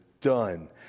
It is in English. done